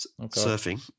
surfing